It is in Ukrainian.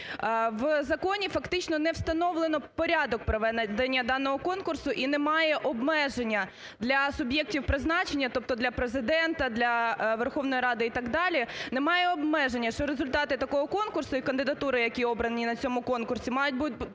В законі фактично не встановлено порядок проведення даного конкурсу, і немає обмеження для суб'єктів призначення, тобто для Президента, для Верховної Ради і так далі. Немає обмеження, що результати такого конкурсу і кандидатури, які обрані на цьому конкурсі, мають бути